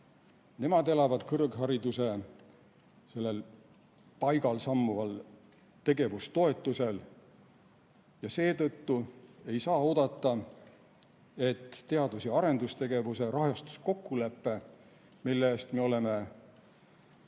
Nemad elavad kõrghariduse sellel paigal sammuval tegevustoetusel. Ja seetõttu ei saa oodata, et teadus‑ ja arendustegevuse rahastuskokkulepe, mille eest me oleme